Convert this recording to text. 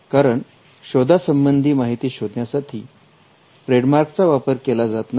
कारण शोधा संबंधी माहिती शोधण्यासाठी ट्रेडमार्क चा वापर केला जात नाही